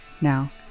Now